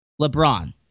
LeBron